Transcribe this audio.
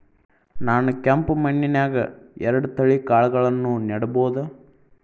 ನಾನ್ ಕೆಂಪ್ ಮಣ್ಣನ್ಯಾಗ್ ಎರಡ್ ತಳಿ ಕಾಳ್ಗಳನ್ನು ನೆಡಬೋದ?